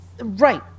Right